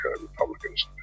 Republicans